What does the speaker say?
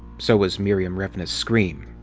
so was miriam revna's scream.